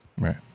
Right